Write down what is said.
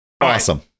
Awesome